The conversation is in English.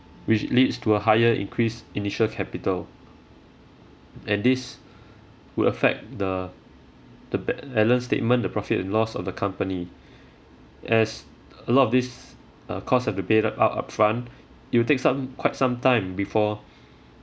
which leads to a higher increase initial capital and this would affect the the balance statement the profit and loss of the company as a lot of this uh cost have to pay up upfront it will take some quite some time before